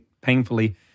painfully